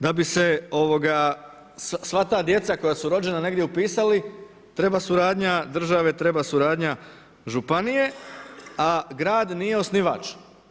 Da bi se sva ta djeca koja su rođena negdje upisali treba suradnja države, treba suradnje županije a grad nije osnivač.